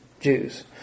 Jews